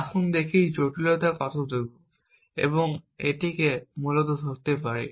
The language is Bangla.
আসুন দেখি জটিলতা কতটুকু আমরা এটিকে মূলত ধরতে পারি